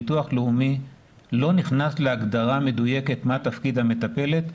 ביטוח לאומי לא נכנס להגדרה מדויקת מה תפקיד המטפלת,